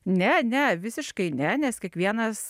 ne ne visiškai ne nes kiekvienas